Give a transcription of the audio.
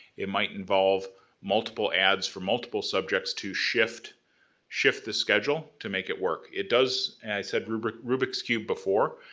it might involve multiple adds for multiple subjects to shift shift the schedule to make it work. it does, and i said rubik's rubik's cube before,